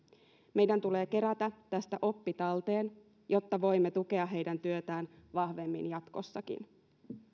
meidän tulee kerätä tästä oppi talteen jotta voimme tukea heidän työtään vahvemmin jatkossakin